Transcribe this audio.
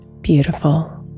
beautiful